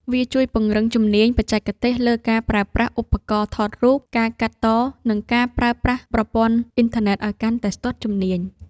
វាជួយពង្រឹងជំនាញបច្ចេកទេសលើការប្រើប្រាស់ឧបករណ៍ថតរូប ការកាត់ត និងការប្រើប្រាស់ប្រព័ន្ធអ៊ីនធឺណិតឱ្យកាន់តែស្ទាត់ជំនាញ។